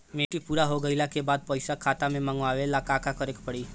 Maturity पूरा हो गइला के बाद पईसा सीधे खाता में मँगवाए ला का करे के पड़ी?